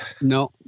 No